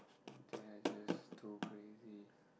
they are just too crazy